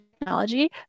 Technology